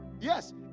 yes